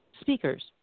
speakers